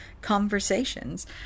conversations